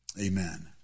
amen